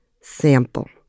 sample